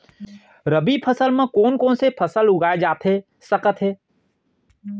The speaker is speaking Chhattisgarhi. रबि फसल म कोन कोन से फसल उगाए जाथे सकत हे?